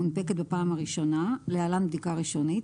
מונפקת בפעם הראשונה (להלן - בדיקה ראשונית).